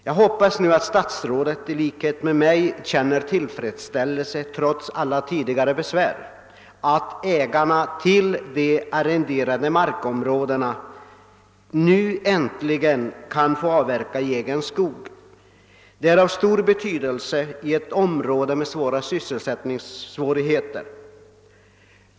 Jag hoppas att statsrådet i likhet med mig känner tillfredsställelse, trots alla tidigare besvär, över att ägarna till de arrenderade markområdena nu äntligen kan få avverka i egen skog. Detta är mycket betydelsefullt i ett område med stora sysselsättningssvårigheter.